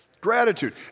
gratitude